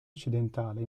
occidentale